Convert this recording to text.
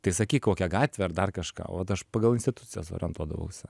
tai sakyk kokią gatvę ar dar kažką o vat aš pagal institucijas orientuodavausi